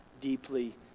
deeply